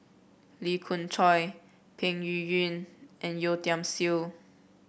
Lee Khoon Choy Peng Yuyun and Yeo Tiam Siew